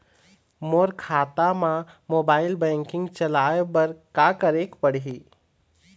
मोर खाता मा mobile banking चलाए बर का करेक पड़ही?